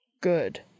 Good